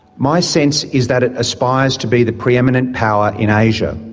my sense is that it aspires to be the pre-eminent power in asia.